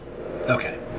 okay